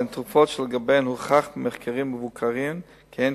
הן תרופות שלגביהן הוכח במחקרים מבוקרים כי הן